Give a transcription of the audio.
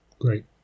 great